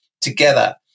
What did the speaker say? together